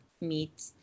meat